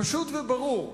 פשוט וברור: